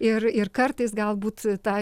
ir ir kartais galbūt ta